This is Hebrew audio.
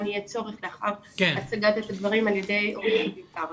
יהיה צורך לאחר הצגת הדברים על ידי עורכת דין קרא.